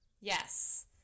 Yes